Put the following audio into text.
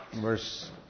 verse